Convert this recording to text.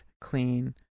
clean